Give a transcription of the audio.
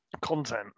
content